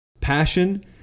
Passion